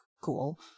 cool